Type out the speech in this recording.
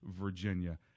Virginia